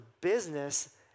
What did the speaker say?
business